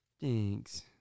Thanks